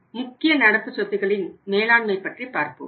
அடுத்ததாக முக்கிய நடப்பு சொத்துகளின் மேலாண்மை பற்றி பார்ப்போம்